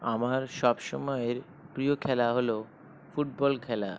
আমার সবসময়ের প্রিয় খেলা হলো ফুটবল খেলা